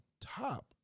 top